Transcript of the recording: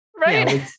right